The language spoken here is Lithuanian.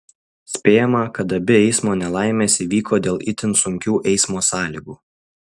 spėjama kad abi eismo nelaimės įvyko dėl itin sunkių eismo sąlygų